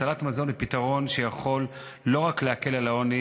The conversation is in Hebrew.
הצלת מזון הוא פתרון שיכול לא רק להקל על העוני